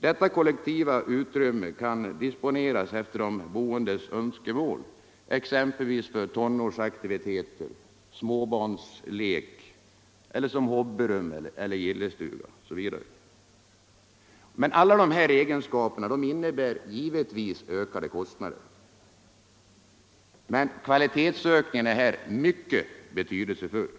Detta kollektiva utrymme kan disponeras efter de boendes önskemål, för tonårsaktiviteter, för småbarnslek, som hobbyrum, som gillestuga etc. Alla dessa egenskaper innebär givetvis ökade kostnader. Men kva Nr 140 litetsökningen är i detta fall mycket betydelsefull.